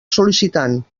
sol·licitant